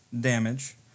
damage